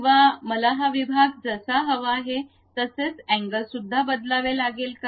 किंवा मला हा विभाग जसा हवा आहे तसेच अँगल सुद्धा बदलावे लागेल का